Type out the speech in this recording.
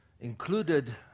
included